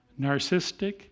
narcissistic